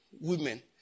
women